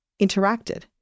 interacted